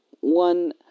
one